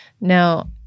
Now